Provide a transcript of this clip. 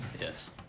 Yes